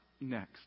next